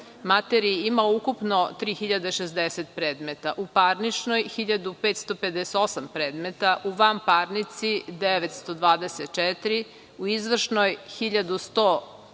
materiji imao ukupno 3.060 predmeta, u parničnoj 1.558 predmeta, u vanparnici 924, u izvršnoj 1.147,